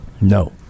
No